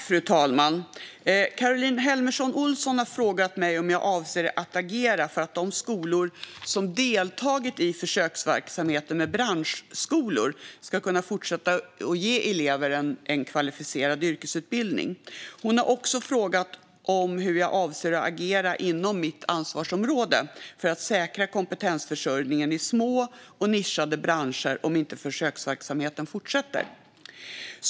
Fru talman! Caroline Helmersson Olsson har frågat mig om jag avser att agera för att de skolor som har deltagit i försöksverksamheten med branschskolor ska kunna fortsätta att ge elever en kvalificerad yrkesutbildning. Hon har också frågat hur jag avser att agera inom mitt ansvarsområde för att säkra kompetensförsörjningen i små och nischade branscher om inte försöksverksamheten fortsätter.